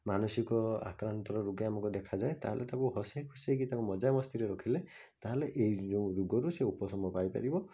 ମାନସିକ ଆକ୍ରାନ୍ତର ରୋଗୀ ଆମକୁ ଦେଖାଯାଏ ତାହେଲେ ତାକୁ ହସେଇ ଖୁସେଇକି ତାକୁ ମଜା ମସ୍ତିରେ ରଖିଲେ ତାହେଲେ ଏଇ ଯେଉଁ ରୋଗରୁ ସେ ଉପଶମ ପାଇପାରିବ